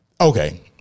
Okay